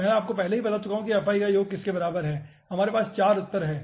मैं आपको पहले ही बता चुका हूं कि fi का योग किसके बराबर है हमारे पास 4 उत्तर हैं